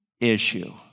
issue